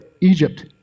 Egypt